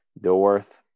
Dilworth